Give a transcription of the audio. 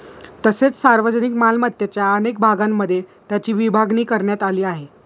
तसेच सार्वजनिक मालमत्तेच्या अनेक भागांमध्ये त्याची विभागणी करण्यात आली आहे